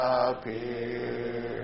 appear